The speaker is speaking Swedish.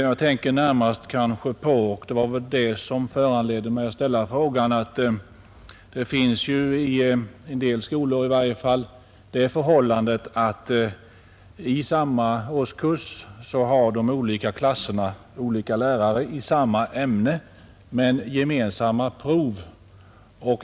Jag tänker närmast på — och det var väl det som föranledde mig att ställa frågan — att det i varje fall i en del skolor råder det förhållandet, att de olika klasserna i samma årskurs har olika lärare i samma ämne men gemensamma prov.